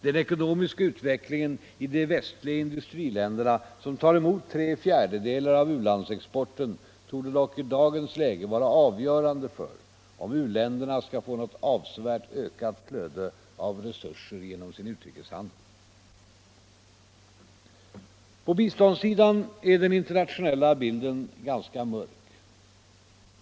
Den ekonomiska utvecklingen i de västliga industriländerna, som tar emot tre fjärdedelar av u-landsexporten, torde dock i dagens läge vara avgörande för om u-länderna skall få något avsevärt ökat flöde av resurser genom sin utrikeshandel. På biståndssidan är den internationella bilden ganska mörk.